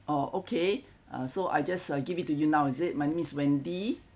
oh okay uh so I just uh give it to you now is it my name is wendy